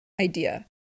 idea